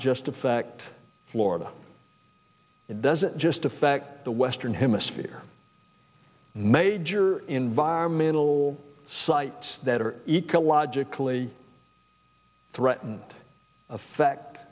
just affect florida it doesn't just affect the western hemisphere major environmental sites that are ecologically threaten